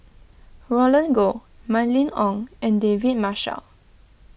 Roland Goh Mylene Ong and David Marshall